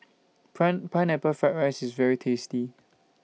Pineapple Fried Rice IS very tasty